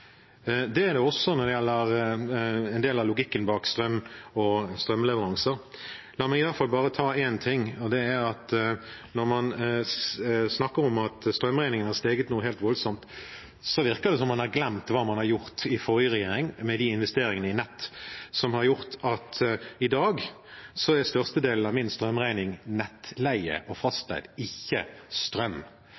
feil. Det er også en del av logikken bak det som blir sagt om strøm og strømleveranser. La meg i hvert fall ta bare én ting: Når man snakker om at strømregningene har steget noe helt voldsomt, virker det som om man har glemt hva man gjorde i den forrige regjeringen, med tanke på investeringene i nett, som har gjort at størstedelen av min strømregning i dag er nettleie og